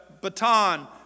baton